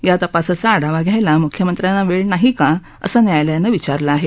या तपासाचा आढावा घ्यायला मुख्यमंत्र्यांना वेळ नाही का असं न्यायालयानं विचारलं आहे